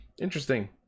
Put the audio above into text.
interesting